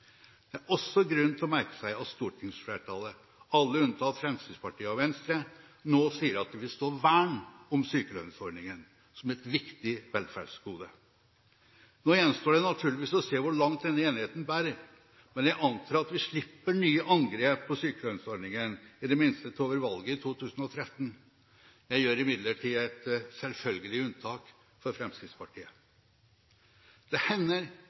Det er også grunn til å merke seg at stortingsflertallet, alle unntatt Fremskrittspartiet og Venstre, nå sier at de vil stå vern om sykelønnsordningen som et viktig velferdsgode. Nå gjenstår det naturligvis å se hvor langt denne enigheten bærer, men jeg antar at vi slipper nye angrep på sykelønnsordningen, i det minste til over valget i 2013. Jeg gjør imidlertid et selvfølgelig unntak for Fremskrittspartiet. Det hender